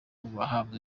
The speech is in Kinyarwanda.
bahabwa